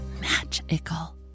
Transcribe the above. magical